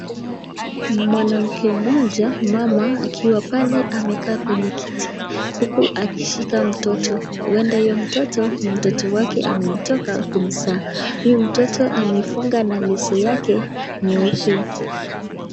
Mwanamke mmoja, mama, akiwa pale amekaa kwenye kiti, huku akishika mtoto. Huenda huyo mtoto ni mtoto wake ametoka kumzaa. Huyu mtoto amefunga na leso yake nyeupe.